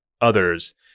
others